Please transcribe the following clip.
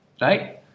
right